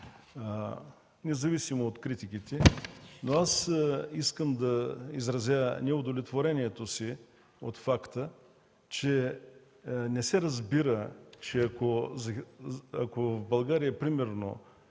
независимо от критиките. Аз искам да изразя неудовлетворението си от факта, че не се разбира, че ако в България примерно